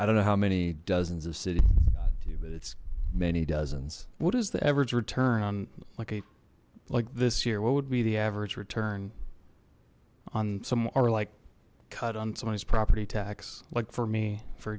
i don't know how many dozens of city but it's many dozens what is the average return on like a like this year what would be the average return on sum or like cut on somebody's property tax like for me for